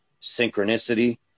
synchronicity